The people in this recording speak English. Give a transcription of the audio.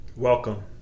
Welcome